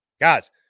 Guys